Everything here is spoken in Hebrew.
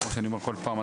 כמו שאני אומר כל פעם,